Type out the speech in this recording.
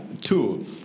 two